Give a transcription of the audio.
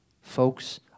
folks